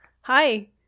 Hi